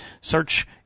Search